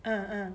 uh uh